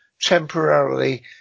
temporarily